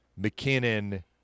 McKinnon